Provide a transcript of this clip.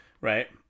Right